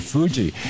Fuji，